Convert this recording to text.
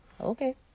okay